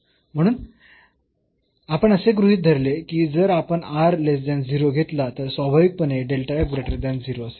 म्हणून आपण असे गृहीत धरले की जर आपण घेतला तर स्वाभाविकपणे असेल